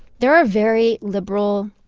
there are very liberal,